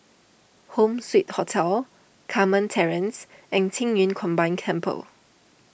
Home Suite Hotel Carmen Terrace and Qing Yun Combined Temple